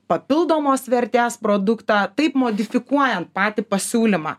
papildomos vertės produktą taip modifikuojant patį pasiūlymą